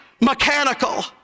mechanical